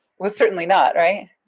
was certainly not, right?